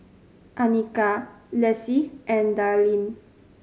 Annika Lessie and Darlyne